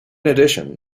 addition